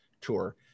tour